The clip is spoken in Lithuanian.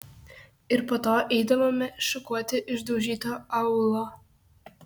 ir po to eidavome šukuoti išdaužyto aūlo